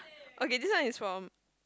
okay this one is from